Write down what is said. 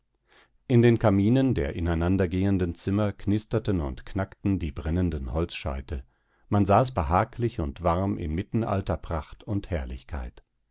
in den kaminen der ineinandergehenden zimmer knisterten und knackten die brennenden holzscheite man saß behaglich und warm inmitten alter pracht und herrlichkeit